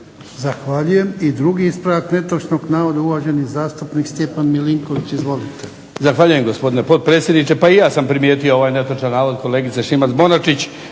Zahvaljujem. I drugi ispravak netočnog navoda, uvaženi zastupnik Stjepan Milinković. Izvolite.